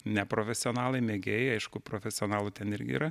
neprofesionalai mėgėjai aišku profesionalų ten irgi yra